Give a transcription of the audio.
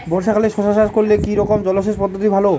বর্ষাকালে শশা চাষ করলে কি রকম জলসেচ পদ্ধতি ভালো?